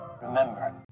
Remember